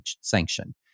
sanction